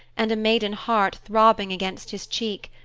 and a maiden heart throbbing against his cheek,